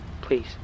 Please